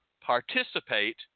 participate